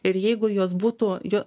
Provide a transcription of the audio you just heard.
ir jeigu jos būtų jo